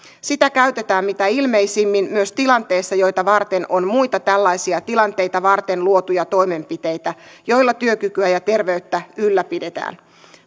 sitä käytetään mitä ilmeisimmin myös tilanteissa joita varten on muita tällaisia tilanteita varten luotuja toimenpiteitä joilla työkykyä ja terveyttä ylläpidetään